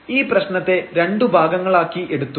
ഈ പ്രശ്നത്തെ രണ്ടു ഭാഗങ്ങളാക്കി എടുത്തു